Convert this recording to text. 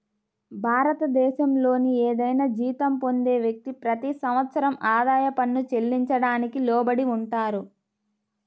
భారతదేశంలోని ఏదైనా జీతం పొందే వ్యక్తి, ప్రతి సంవత్సరం ఆదాయ పన్ను చెల్లించడానికి లోబడి ఉంటారు